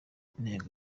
intego